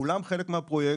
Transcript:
כולן חלק מהפרויקט.